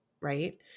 right